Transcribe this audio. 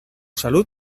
salud